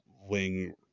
wing